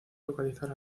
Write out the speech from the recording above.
localizar